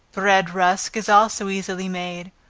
bread rusk is also easily made,